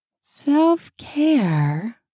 self-care